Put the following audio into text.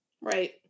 Right